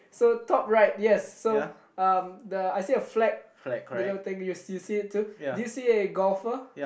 so top right yes so um the I see a flag little thing you you see it too do you see a golfer